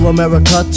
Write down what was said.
America